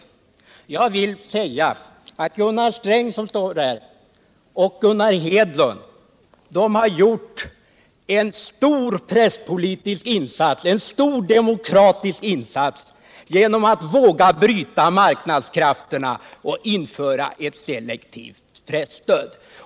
Gunnar Sträng, som jag ser här i kammaren, och Gunnar Hedlund har gjort en stor presspolitisk och demokratisk insats genom att våga bryta marknadskrafterna och införa ett selektivt presstöd.